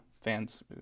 fans